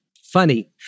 funny